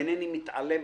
איננו מתעלמים.